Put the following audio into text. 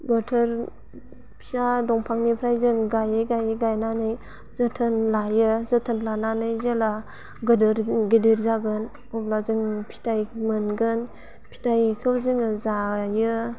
बोथोर फिसा दंफांनिफ्राय जों गायै गायै गायनानै जोथोन लायो जोथोन लानानै जेला गोदोर गिदिर जागोन अब्ला जोङो फिथाइ मोनगोन फिथाइखौ जोङो जायो